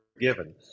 given